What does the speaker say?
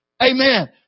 Amen